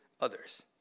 others